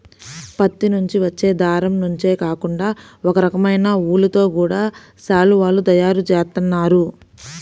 పత్తి నుంచి వచ్చే దారం నుంచే కాకుండా ఒకరకమైన ఊలుతో గూడా శాలువాలు తయారు జేత్తన్నారు